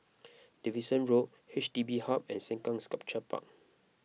Davidson Road H D B Hub and Sengkang Sculpture Park